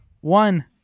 one